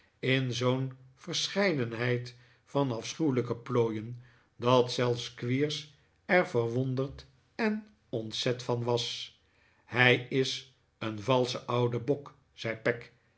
in zoo'n verscheidenheid van afschuwelijke plooieh dat zelfs squeers er verwonderd en ontzet van was hij is een valsche pude bpk zei peg